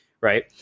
right